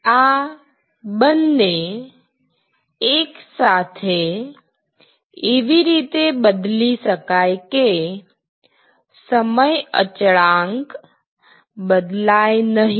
આ બંને એક સાથે એવી રીતે બદલી શકાય કે સમય અચળાંક બદલાય નહીં